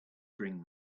bring